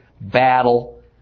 battle